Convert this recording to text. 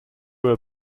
were